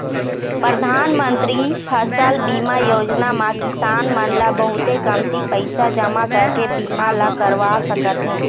परधानमंतरी फसल बीमा योजना म किसान मन ल बहुते कमती पइसा जमा करके बीमा ल करवा सकत हे